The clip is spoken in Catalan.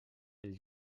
els